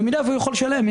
אם יכול לשלם,